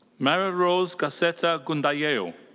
marylrose gaceta gundayao.